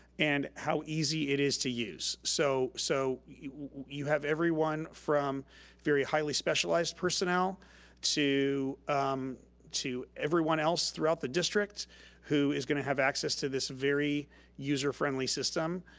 and how easy it is to use. so so you you have everyone from very highly specialized personnel to um to everyone else throughout the district who is gonna have access to this very user-friendly system.